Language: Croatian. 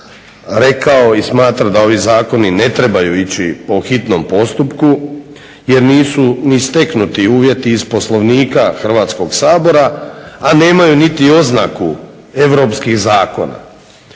rekao i smatra da ovi zakoni ne trebaju ići po hitnom postupku jer nisu ni steknuti uvjeti iz Poslovnika Hrvatskog sabora, a nemaju niti oznaku europskih zakona.